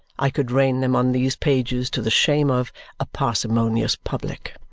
i could rain them on these pages, to the shame of a parsimonious public.